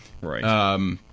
Right